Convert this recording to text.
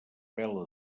vela